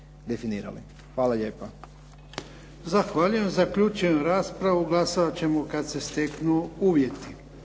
Hvala lijepa.